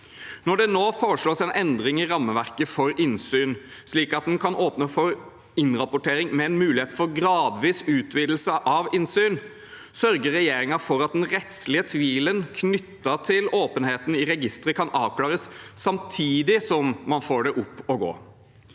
Når det nå foreslås en endring i rammeverket for innsyn, slik at man kan åpne for innrapportering med en mulighet for gradvis utvidelse av innsyn, sørger regjeringen for at den rettslige tvilen knyttet til åpenheten i registeret kan avklares, samtidig som man får det opp og gå.